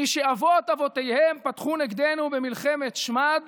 מי שאבות-אבותיהם פתחו נגדנו במלחמת שמד